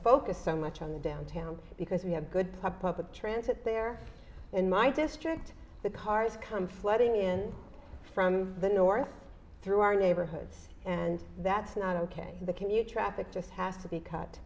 focused so much on the downtown because we have good pop up transit there in my district the cars come flooding in from the north through our neighborhoods and that's not ok the commute traffic just has to be cut